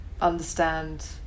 understand